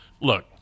look